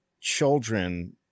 children